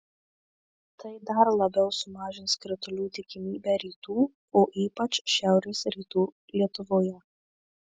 tai dar labiau sumažins kritulių tikimybę rytų o ypač šiaurės rytų lietuvoje